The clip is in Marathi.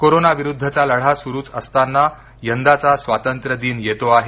कोरोना विरुद्धचा लढा सुरूच असताना यंदाचा स्वातंत्र्यदिन येतो आहे